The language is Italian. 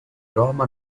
roma